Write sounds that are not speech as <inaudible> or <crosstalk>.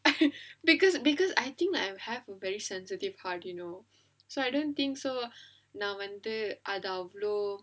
<laughs> because because I think like I have a very sensitive part you know so I don't think so நான் வந்து அது அவ்ளோ:naan vandhu adhu avlo